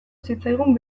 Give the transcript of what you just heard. zitzaigun